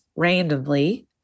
randomly